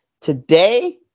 Today